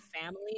family